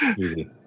easy